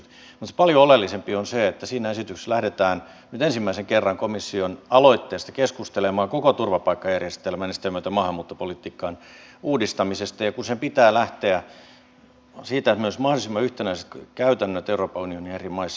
mutta paljon oleellisempi asia on se että siinä esityksessä lähdetään nyt ensimmäisen kerran komission aloitteesta keskustelemaan koko turvapaikkajärjestelmän ja sitä myötä maahanmuuttopolitiikan uudistamisesta kun sen pitää lähteä siitä että meillä olisi mahdollisimman yhtenäiset käytännöt euroopan unionin eri maissa